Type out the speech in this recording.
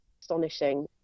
astonishing